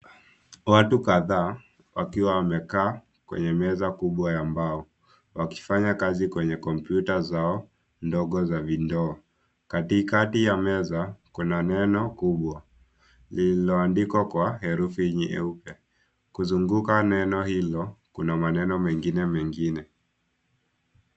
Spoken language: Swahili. Watu wakdhaa wakiwa wamekaa kwenye meza kubwa ya mbao. Wakifanya kazi kwenye kompyuta zao ndogo za vindoo. Katikati ya meza kuna neno kubwa lililoandikwa kwa herufi nyeupe, kuzunguka neno hilo kuna maneno mengine mengine